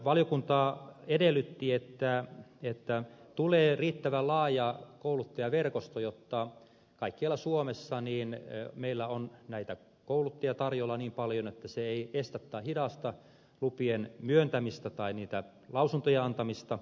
valiokunta edellytti että tulee riittävän laaja kouluttajaverkosto jotta kaikkialla suomessa meillä on näitä kouluttajia tarjolla niin paljon että se ei estä tai hidasta lupien myöntämistä tai niitä lausuntojen antamisia